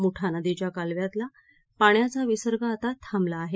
मुठा नदीच्या कालव्यातला पाण्याचा विसर्ग आता थांबला आहे